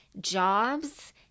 jobs